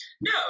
no